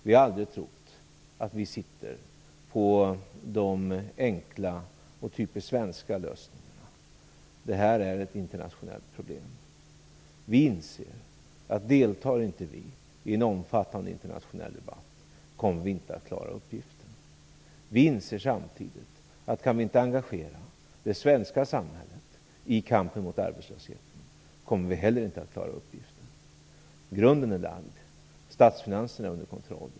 Vi har aldrig trott att vi sitter på de enkla och typiskt svenska lösningarna. Detta är ett internationellt problem. Vi inser att vi inte kommer att klara uppgiften om vi inte deltar i en omfattande internationell debatt. Vi inser samtidigt att vi inte kommer att klara uppgiften om vi inte kan engagera det svenska samhället i kampen mot arbetslösheten. Grunden är lagd. Statsfinanserna är under kontroll.